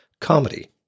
comedy